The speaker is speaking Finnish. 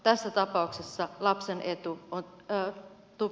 tässä tapauksessa lapsen etu on taattu